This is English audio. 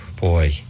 Boy